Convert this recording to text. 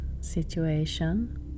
situation